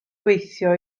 gweithio